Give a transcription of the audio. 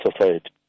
society